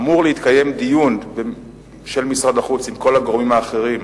אמור להתקיים דיון של משרד החוץ עם כל הגורמים האחרים.